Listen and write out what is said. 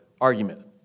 argument